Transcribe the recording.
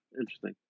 interesting